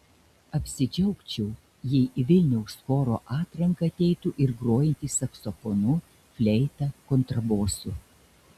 apsidžiaugčiau jei į vilniaus choro atranką ateitų ir grojantys saksofonu fleita kontrabosu